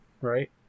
Right